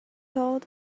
told